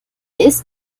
ist